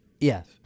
Yes